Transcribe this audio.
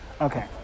okay